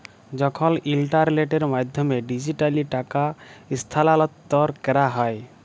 যখল ইলটারলেটের মাধ্যমে ডিজিটালি টাকা স্থালাল্তর ক্যরা হ্যয়